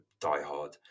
diehard